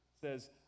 says